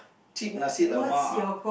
cheap Nasi-Lemak